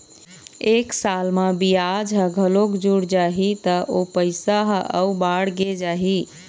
एक साल म बियाज ह घलोक जुड़ जाही त ओ पइसा ह अउ बाड़गे जाही